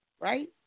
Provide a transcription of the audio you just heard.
Right